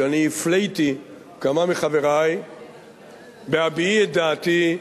שאני הפלאתי כמה מחברי בהביעי את דעתי,